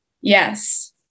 Yes